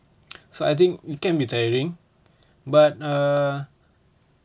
so I think it can be tiring but err